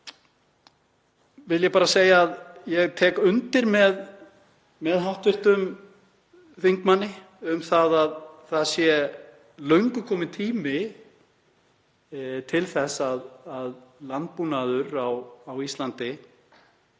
vil ég bara segja að ég tek undir með hv. þingmanni um að það er löngu kominn tími til þess að landbúnaður á Íslandi